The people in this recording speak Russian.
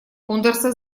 кундерса